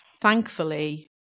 thankfully